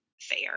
fair